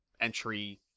entry